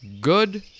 Good